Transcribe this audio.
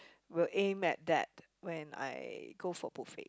will aim at that when I go for buffet